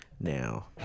Now